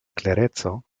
klereco